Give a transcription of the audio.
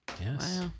Yes